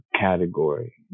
category